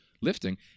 lifting